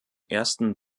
ersten